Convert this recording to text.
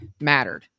mattered